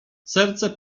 serce